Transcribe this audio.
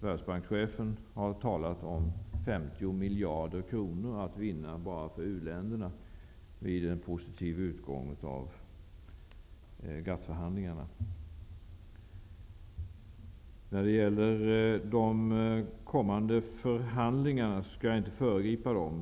Världsbankschefen har talat om 50 miljarder kronor att vinna bara för uländerna vid en positiv utgång av GATT Jag skall inte föregripa de kommande förhandlingarna.